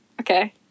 okay